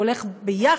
הוא הולך יחד,